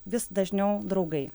vis dažniau draugai